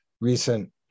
recent